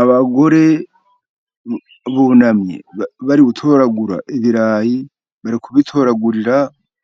Abagore bunamye bari gutoragura ibirayi bari kubitoragurira